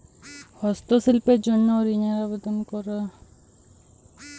হস্তশিল্পের জন্য ঋনের আবেদন করা যাবে কি?